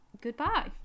goodbye